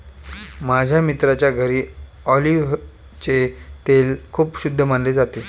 माझ्या मित्राच्या घरी ऑलिव्हचे तेल खूप शुद्ध मानले जाते